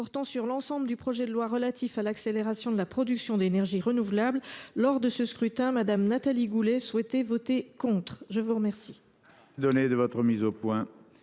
portant sur l'ensemble du projet de loi relatif à l'accélération de la production d'énergies renouvelables, Mme Nathalie Goulet souhaitait voter contre. Acte